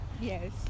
Yes